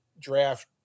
draft